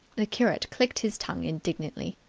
the curate clicked his tongue indignantly.